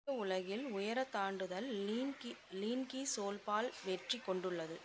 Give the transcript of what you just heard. புதிய உலகில் உயரத் தாண்டுதல் லீன்கி லீன்கி சோல்ஃபால் வெற்றி கொண்டுள்ளது